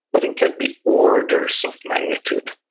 but it can be orders of magnitude.